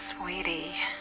Sweetie